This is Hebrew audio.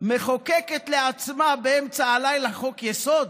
מחוקקת לעצמה באמצע הלילה חוק-יסוד?